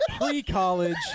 pre-college